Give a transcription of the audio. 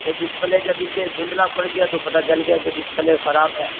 یہ ڈسپلے جب اسے ڈھندلا پڑ گیا تو پتہ چل گیا کہ ڈسپلے خراب ہے